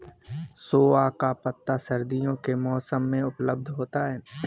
सोआ का पत्ता सर्दियों के मौसम में उपलब्ध होता है